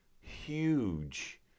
huge